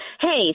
Hey